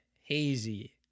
hazy